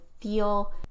feel